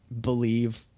believe